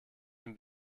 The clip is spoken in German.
dem